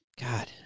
God